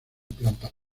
plantas